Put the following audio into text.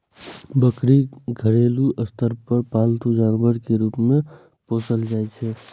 बकरी घरेलू स्तर पर पालतू जानवर के रूप मे पोसल जाइ छै